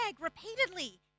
repeatedly